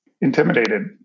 intimidated